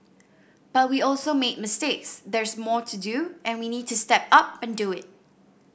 but we also made mistakes there's more to do and we need to step up and do it